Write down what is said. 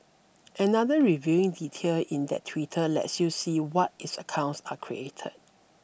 another revealing detail in that Twitter lets you see when its accounts are created